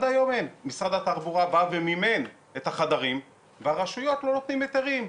משרד התחבורה מימן את החדרים והרשויות לא נותנות היתרים,